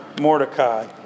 Mordecai